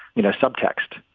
you know, subtext,